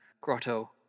grotto